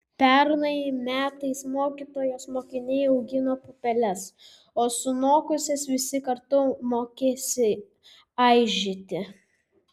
pernai metais mokytojos mokiniai augino pupeles o sunokusias visi kartu mokėsi aižyti